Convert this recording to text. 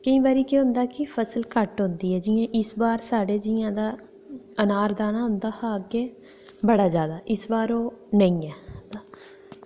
केईं बार केह् होंदा कि फसल घट्ट होंदी जि'यां कि इस बार साढ़े कि अनारदाना होंदा हा अग्गें बड़ा जादा इस बार ओह् नेईं ऐ